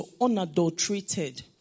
unadulterated